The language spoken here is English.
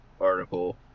article